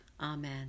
Amen